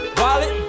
wallet